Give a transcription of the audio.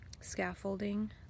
scaffolding